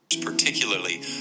Particularly